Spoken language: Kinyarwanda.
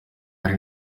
hari